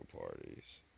parties